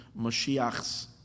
Mashiach's